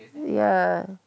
ya